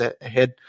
ahead